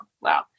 wow